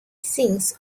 sings